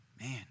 Man